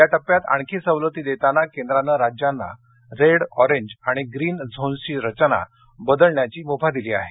या टप्प्यात आणखी सवलती देताना केंद्रानं राज्यांना रेड ऑरेंज आणि ग्रीन झोन्सची रचना बदलण्याची मुभा दिली आहे